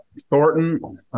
Thornton